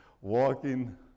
walking